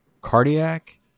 cardiac